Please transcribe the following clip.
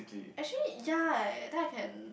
actually ya then I can